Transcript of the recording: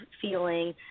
feeling